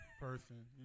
person